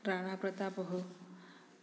राणाप्रतापः